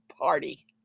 party